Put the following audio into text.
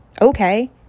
Okay